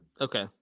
okay